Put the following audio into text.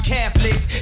Catholics